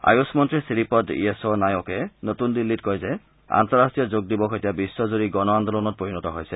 আয়ুষ মন্ত্ৰী শ্ৰীপদ য়েছ নায়কে নতুন দিল্লীত কয় যে আন্তঃৰাষ্ট্ৰীয় যোগ দিৱস এতিয়া বিশ্বজূৰি গণ আন্দোলনত পৰিণত হৈছে